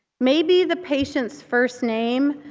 maybe the patient's first name